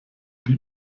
die